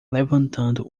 levantando